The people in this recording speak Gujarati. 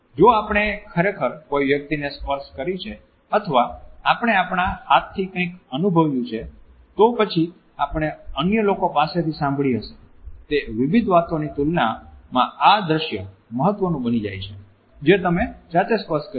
જો આપણે ખરેખર કોઈ વસ્તુને સ્પર્શ કરી છે અથવા આપણે આપણા હાથથી કંઈક અનુભવ્યું છે તો પછી આપણે અન્ય લોકો પાસેથી સાંભળી હશે તે વિવિધ વાતોની તુલનામાં આ દૃશ્ય મહત્વનું બની જાય છે જે તમે જાતે સ્પર્શ કર્યું હશે